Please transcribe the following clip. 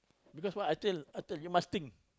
because what I tell I tell you must think